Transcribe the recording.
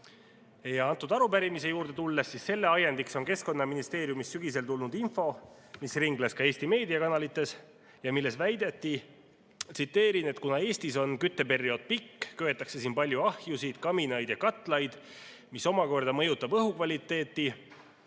ära. Arupärimise juurde tulles, selle ajendiks on Keskkonnaministeeriumist sügisel tulnud info, mis ringles ka Eesti meediakanalites ja milles väideti, et kuna Eestis on kütteperiood pikk, köetakse siin ka palju ahjusid ja kaminaid, mis mõjutab õhu kvaliteeti.